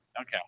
Okay